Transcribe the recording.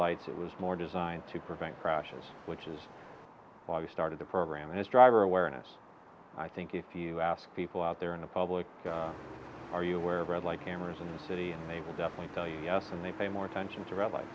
lights it was more designed to prevent crashes which is why we started the program his driver awareness i think if you ask people out there in the public are you aware of red light cameras in the city and they will definitely tell you yes and they pay more attention to red light